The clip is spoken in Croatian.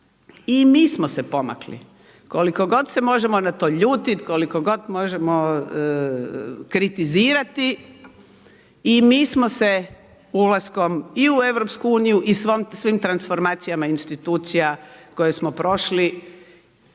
I mi smo se pomakli. Koliko god se možemo na to ljutiti, koliko god možemo kritizirati i mi smo se ulaskom i u Europsku uniju i svim transformacijama institucija koje smo prošli